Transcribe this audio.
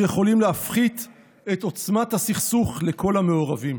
שיכולים להפחית את עוצמת הסכסוך לכל המעורבים.